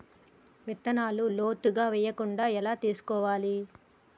విత్తనాలు లోతుగా వెయ్యకుండా ఎలా చూసుకోవాలి?